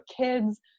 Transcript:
kids